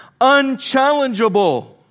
unchallengeable